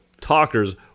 talkers